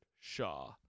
Shaw